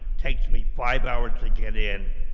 takes me five hours to get in.